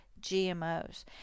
GMOs